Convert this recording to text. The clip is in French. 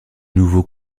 nouveau